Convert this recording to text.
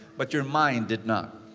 but your mind did not.